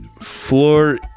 Floor